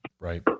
right